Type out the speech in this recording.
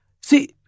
See